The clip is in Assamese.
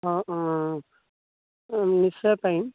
অঁ অঁ নিশ্চয় পাৰিম